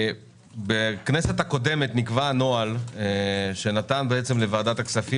בכנסת הקודמת נקבע נוהל שנתן לוועדת הכספים